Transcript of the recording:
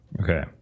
Okay